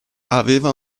aveva